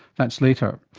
that's later,